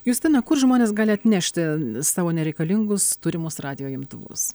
justina kur žmonės gali atnešti savo nereikalingus turimus radijo imtuvus